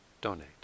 donate